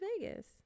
Vegas